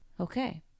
Okay